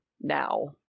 Now